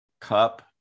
cup